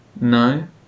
No